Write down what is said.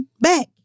back